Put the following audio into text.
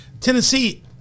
Tennessee